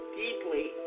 deeply